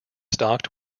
stocked